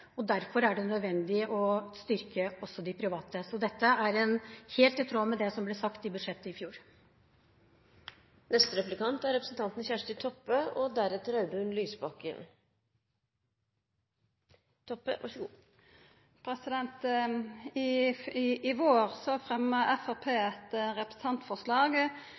og derfor er det nødvendig også å styrke de private. Dette er helt i tråd med det som ble sagt i budsjettdebatten i fjor. I vår fremma Framstegspartiet eit representantforslag